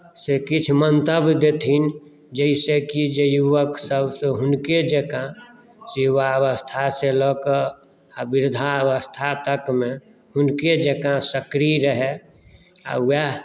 से किछु मन्तव्य देथिन जाहिसँ कि जे युवकसभ हुनके जकाँ से युवावस्थासँ लऽ कऽ आ वृद्धावस्था तकमे हुनके जकाँ सक्रिय रहए आ उएह